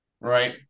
right